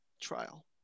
trial